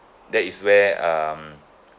that is where um